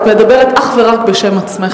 את מדברת אך ורק בשם עצמך.